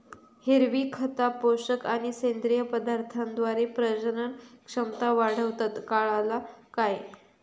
हिरवी खता, पोषक आणि सेंद्रिय पदार्थांद्वारे प्रजनन क्षमता वाढवतत, काळाला काय?